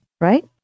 right